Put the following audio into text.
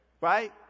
Right